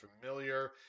familiar